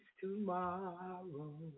tomorrow